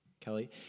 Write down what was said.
Kelly